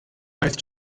both